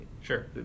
sure